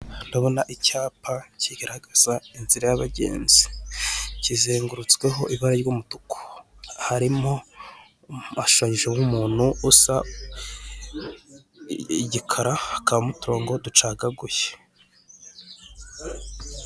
Ndabona icyapa kigaragaza inzira y'abagenzi kizengurutsweho ibara ry'umutuku, harimo hashushanyijeho umuntu usa igikara hakabamo utongo ducagaguye.